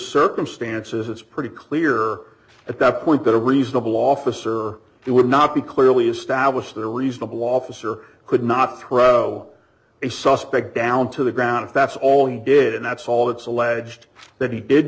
circumstances it's pretty clear at that point that a reasonable officer it would not be clearly established the reasonable officer could not throw a suspect down to the ground if that's all he did and that's all it's alleged that he did